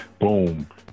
boom